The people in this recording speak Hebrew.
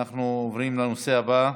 נעבור לנושא הבא,